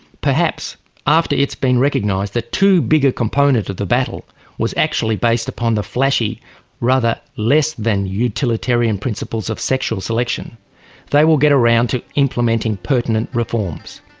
perhaps after it's been recognized that too bigger component of the battle was actually based upon the flashy rather less than utilitarian principles of sexual selection they will get around to implementing pertinent reforms.